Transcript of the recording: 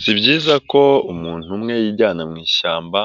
Si byiza ko umuntu umwe yijyana mu ishyamba,